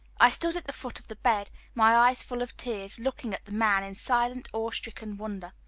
i stood at the foot of the bed, my eyes full of tears, looking at the man in silent, awe-stricken wonder.